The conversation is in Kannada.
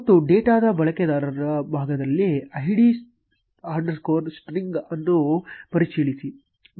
ಮತ್ತು ಡೇಟಾದ ಬಳಕೆದಾರರ ಭಾಗದಲ್ಲಿ id string ಅನ್ನು ಪರಿಶೀಲಿಸಿ